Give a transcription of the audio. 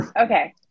Okay